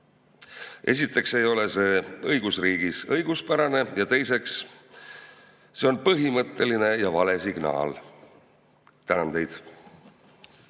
Esiteks ei ole see õigusriigis õiguspärane ja teiseks on see põhimõtteline ja vale signaal. Tänan teid!